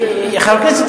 חבר הכנסת